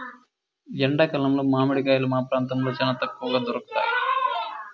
ఎండా కాలంలో మామిడి కాయలు మా ప్రాంతంలో చానా తక్కువగా దొరుకుతయ్